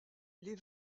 les